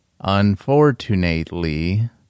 Unfortunately